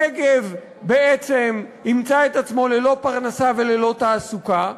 הנגב ימצא את עצמו ללא פרנסה וללא תעסוקה,